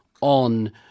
on